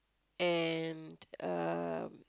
and um